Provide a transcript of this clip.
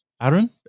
Aaron